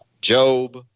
Job